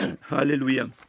Hallelujah